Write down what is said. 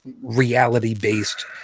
reality-based